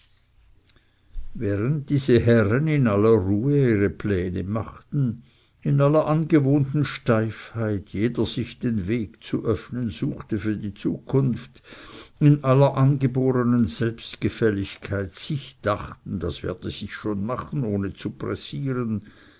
während diese herren in aller ruhe ihre pläne machten in aller angewohnter steifheit jeder sich den weg zu öffnen suchte für die zukunft in aller angebornen selbstgefälligkeit sich dachten das werde sich schon machen ohne zu pressieren